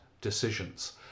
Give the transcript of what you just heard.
decisions